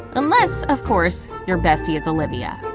unless of course, your bestie is olivia,